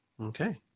Okay